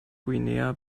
guinea